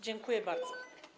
Dziękuję bardzo.